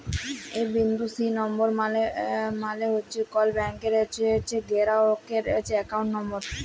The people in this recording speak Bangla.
এ বিন্দু সি লম্বর মালে হছে কল ব্যাংকের গেরাহকের একাউল্ট লম্বর